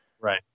right